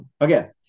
Again